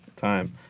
Time